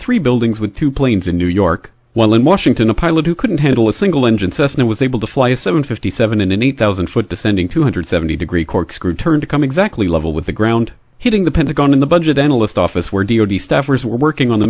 three buildings with two planes in new york while in washington a pilot who couldn't handle a single engine cessna was able to fly a seven fifty seven in an eight thousand foot descending two hundred seventy degree corkscrew turn to come exactly level with the ground hitting the pentagon in the budget analyst office where the staffers were working on the